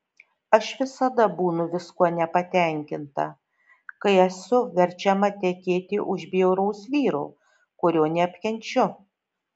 aš visada būnu viskuo nepatenkinta kai esu verčiama tekėti už bjauraus vyro kurio neapkenčiu